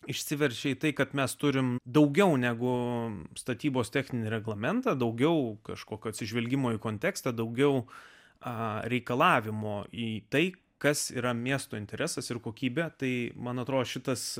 išsiveržė į tai kad mes turime daugiau negu statybos techninį reglamentą daugiau kažkokio atsižvelgimo į kontekstą daugiau a reikalavimo į tai kas yra miesto interesas ir kokybę tai man atrodo šitas